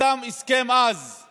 נחתם אז הסכם עם